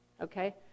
okay